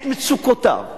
את מצוקותיו,